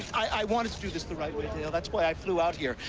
i wanted to do this the right way, dale. that's why i flew out here.